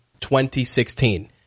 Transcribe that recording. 2016